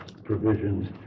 Provisions